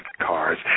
cars